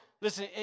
Listen